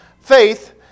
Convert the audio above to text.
Faith